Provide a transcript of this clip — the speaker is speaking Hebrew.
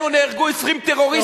אמרתי: לשמחתנו נהרגו 20 טרוריסטים,